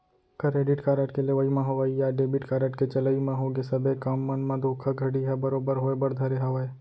credit card के लेवई म होवय या डेबिट कारड के चलई म होगे सबे काम मन म धोखाघड़ी ह बरोबर होय बर धरे हावय